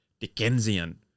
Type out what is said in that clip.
Dickensian